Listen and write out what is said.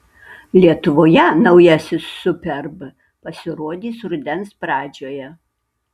lietuvoje naujasis superb pasirodys rudens pradžioje